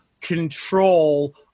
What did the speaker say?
control